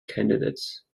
candidates